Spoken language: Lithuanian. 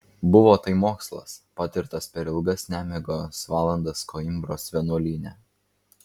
buvo tai mokslas patirtas per ilgas nemigos valandas koimbros vienuolyne